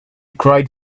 cried